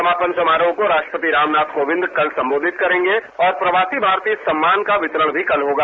समापन समारोह को राष्ट्रपति रामनाथ कोविंद कल संबोधित करेंगे और प्रवासी भारतीय सम्मान का वितरण भी कल होगा